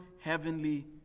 heavenly